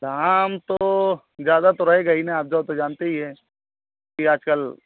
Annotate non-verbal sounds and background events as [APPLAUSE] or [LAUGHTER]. [UNINTELLIGIBLE] तो ज़्यादा तो रहेगा ही ना आप [UNINTELLIGIBLE] तो जानते ही हैं की आज कल